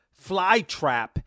Flytrap